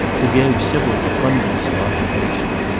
who gave sybil abundance of occupation.